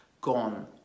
gone